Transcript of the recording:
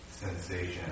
Sensation